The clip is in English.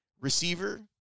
receiver